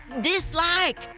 dislike